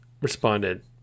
responded